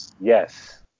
Yes